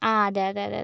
ആ അതെ അതെ